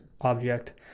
object